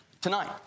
tonight